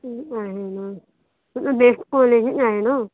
ठीक आहे ना तसं बेस्ट कॉलेजच आहे ना